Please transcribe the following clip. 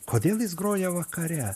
kodėl jis groja vakare